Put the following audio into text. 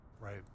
Right